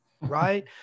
right